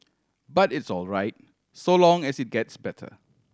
but it's all right so long as it gets better